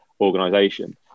organization